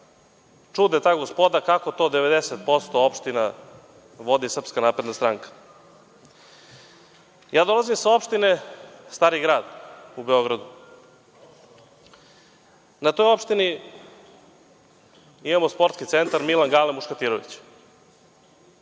čude ta gospoda kako to 90% opština vodi SNS.Dolazim sa opštine Stari Grad u Beogradu. Na toj opštini imamo Sportski centar „Milan Gale Muškatirović“.